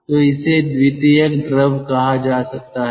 तो इसे द्वितीयक द्रव कहा जा सकता है